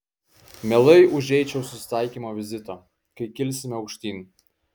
mielai užeičiau susitaikymo vizito kai kilsime aukštyn